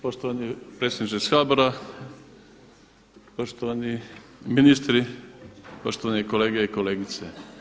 Poštovani predsjedniče Sabora, poštovani ministri, poštovani kolege i kolegice.